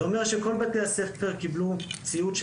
זה אומר שכל בתי הספר קיבלו ציוד של